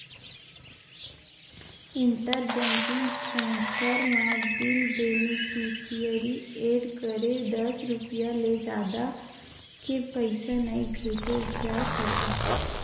inter banking transfer म बिन beneficiary add करे दस रूपिया ले जादा के पइसा नइ भेजे जा सकय